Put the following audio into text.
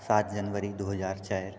सात जनवरी दू हजार चारि